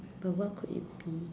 but what could it be